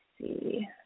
see